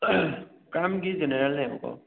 ꯀꯔꯥꯝꯒꯤ ꯖꯦꯅꯔꯦꯜꯅꯦꯕꯀꯣ